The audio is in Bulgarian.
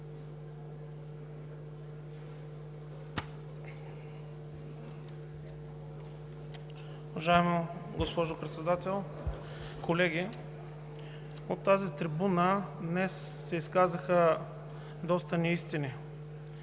Уважаема госпожо Председател, колеги! От тази трибуна днес се изказаха доста неистини.